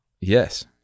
Yes